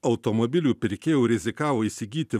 automobilių pirkėjų rizikavo įsigyti